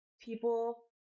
people